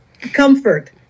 comfort